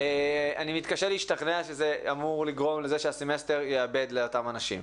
אני מתקשה להשתכנע שזה אמור לגרום לזה שהסמסטר יאבד לאותם אנשים.